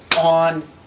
on